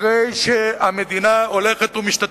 אחרי שהמדינה הולכת ומשתתפת,